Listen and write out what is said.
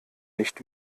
nicht